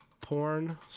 porn